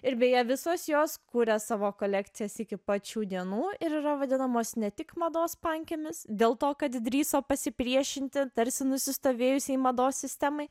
ir beje visos jos kuria savo kolekcijas iki pat šių dienų ir yra vadinamos ne tik mados pankėmis dėl to kad drįso pasipriešinti tarsi nusistovėjusiai mados sistemai